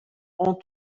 ont